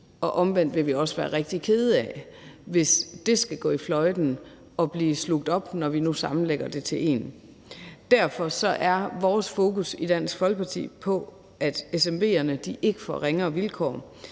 og omvendt vil vi også være rigtig kede af, hvis det skal gå fløjten og blive slugt op, når vi nu sammenlægger det til en. Derfor er vores fokus i Dansk Folkeparti på, at SMV'erne ikke får ringere vilkår,